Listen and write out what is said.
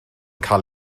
cael